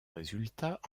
résultat